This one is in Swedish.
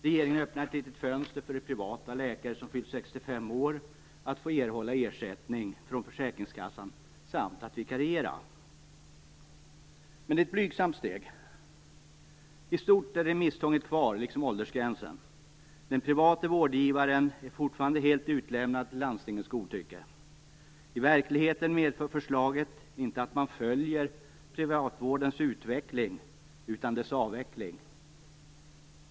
Regeringen öppnar en liten möjlighet för de privata läkare som fyllt 65 år att få erhålla ersättning från försäkringskassan och att få vikariera. Men det är ett blygsamt steg. I stort är remisstvånget kvar liksom åldersgränsen. Den private vårdgivaren är fortfarande helt utlämnad till landstingens godtycke. I verkligheten medför förslaget inte att man följer privatvårdens utveckling utan dess avveckling.